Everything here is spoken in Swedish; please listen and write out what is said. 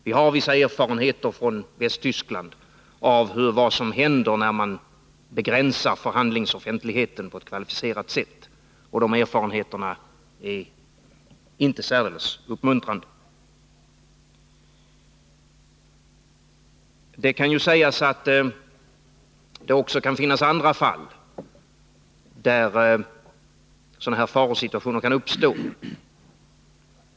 Vi har vissa erfarenheter från Västtyskland av vad som händer när man på ett kvalificerat sätt begränsar förhandlingsoffentligheten. De erfarenheterna är inte särdeles uppmuntrande. Det kan sägas att det också kan finnas andra fall där sådana här farosituationer kan uppstå.